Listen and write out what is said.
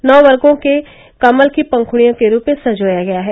नौ वर्गो को कमल की पंखुडियों के रूप में संजोया गया है